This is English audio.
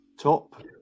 Top